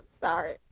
sorry